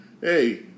Hey